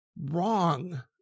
wrong